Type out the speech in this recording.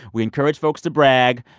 we encourage folks to brag.